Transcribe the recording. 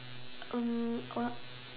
erm what